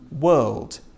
world